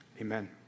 amen